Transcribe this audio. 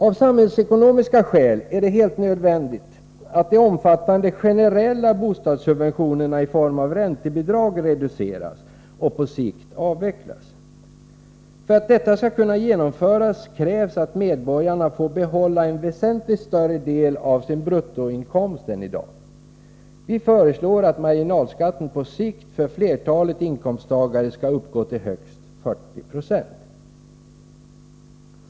Av samhällsekonomiska skäl är det helt nödvändigt att de omfattande generella bostadssubventionerna i form av räntebidrag reduceras och på sikt avvecklas. För att detta skall kunna genomföras krävs att medborgarna får behålla en väsentligt större del av sin bruttoinkomst än i dag. Vi föreslår att marginalskatten för flertalet inkomsttagare på sikt skall uppgå till högst 40 90.